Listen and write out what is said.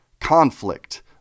conflict